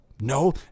no